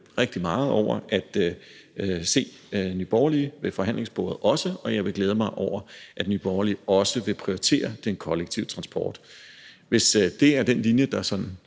rigtig meget over også at se Nye Borgerlige ved forhandlingsbordet, og jeg vil glæde mig over, at Nye Borgerlige også vil prioritere den kollektive transport. Hvis den linje fortsætter,